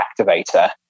activator